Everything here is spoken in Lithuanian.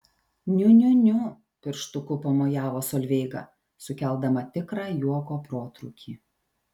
niu niu niu pirštuku pamojavo solveiga sukeldama tikrą juoko protrūkį